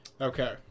okay